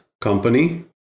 company